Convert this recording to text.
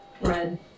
Red